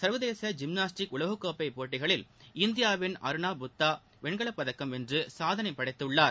ச்வதேச ஜிம்னாஸ்டிக உலக கோப்பை போட்டிகளில் இந்தியாவின் அருணா புத்தா வெண்கலப் பதக்கம் வென்று சாதனை படைத்துள்ளார்